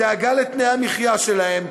בדאגה לתנאי המחיה שלהם,